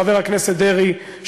חבר הכנסת דרעי,